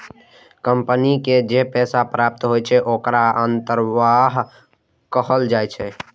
company के जे पैसा प्राप्त होइ छै, ओखरा अंतर्वाह कहल जाइ छै